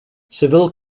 seville